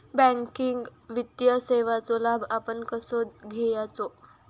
Banking वित्तीय सेवाचो लाभ आपण कसो घेयाचो?